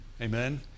Amen